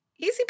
Easy